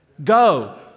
Go